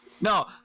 No